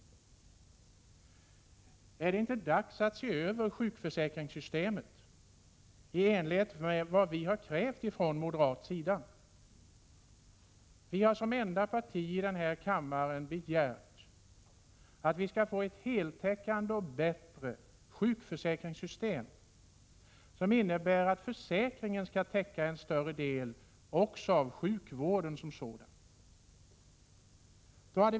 Är det inte också dags att se över sjukförsäkringssystemet i enlighet med vad vi moderater har krävt? Moderata samlingspartiet är det enda parti som har begärt att vi skall få ett heltäckande och bättre sjukförsäkringssystem, som innebär att försäkringen också skall täcka en större del av sjukvården över huvud taget.